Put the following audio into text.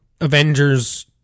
Avengers